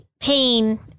pain